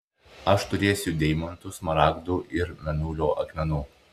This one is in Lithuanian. aš turėsiu deimantų smaragdų ir mėnulio akmenų